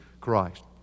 Christ